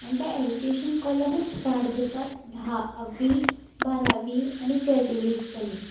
आनी ते ऍडुकेशन कॉलमूच स्टार्ट जातात धा वी बारावी आनी ग्रॅज्युएट पर्यंत